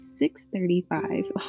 6.35